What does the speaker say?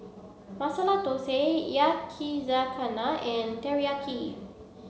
Masala Dosa Yakizakana and Teriyaki